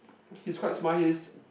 he's quite smart he is